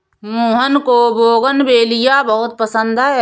मोहन को बोगनवेलिया बहुत पसंद है